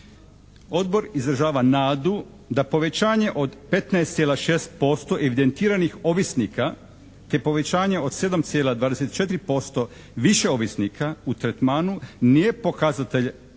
Odbor izražava nadu da povećanje od 15,6% evidentiranih ovisnika je povećanje od 7,24 % više ovisnika u tretmanu, nije pokazatelj